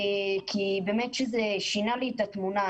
כי באמת שזה שינה לי את התמונה.